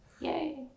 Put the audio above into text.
Yay